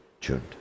tuned